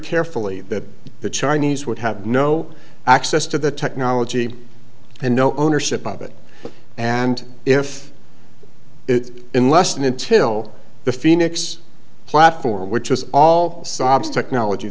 carefully that the chinese would have no access to the technology and no ownership of it and if it's in less than until the phoenix platform which was all sobs technology